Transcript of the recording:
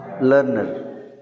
learner